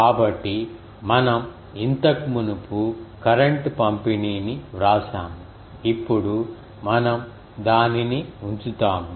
కాబట్టి మనం ఇంతకు మునుపు కరెంట్ పంపిణీని వ్రాసాము ఇప్పుడు మనం దానిని ఉంచుతాము